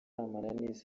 amananiza